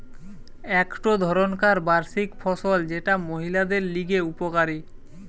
একটো ধরণকার বার্ষিক ফসল যেটা মহিলাদের লিগে উপকারী